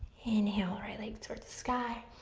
inhale, right leg toward the sky,